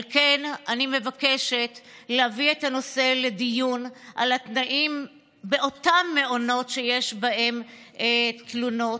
על כן אני מבקשת להביא לדיון את התנאים באותם מעונות שיש בהם תלונות,